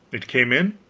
it came in,